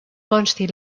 consti